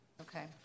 Okay